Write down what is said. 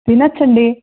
తినవచ్చు అండి